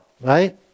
right